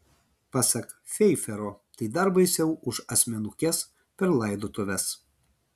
pasak feifero tai dar baisiau už asmenukes per laidotuves